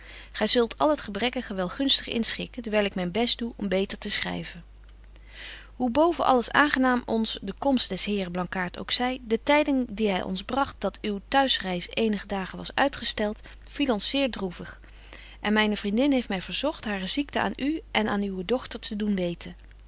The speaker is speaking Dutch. gy zult al het gebrekkige wel gunstig inschikken dewyl ik myn best doe om beter te schryven hoe boven alles aangenaam ons de komst des betje wolff en aagje deken historie van mejuffrouw sara burgerhart heren blankaart ook zy de tyding die hy ons bragt dat uw t'huisreis eenige dagen was uitgestelt viel ons zeer droevig en myne vriendin heeft my verzogt hare ziekte aan u en aan uwe dochter te doen weten